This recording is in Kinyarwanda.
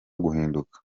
guhinduka